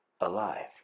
alive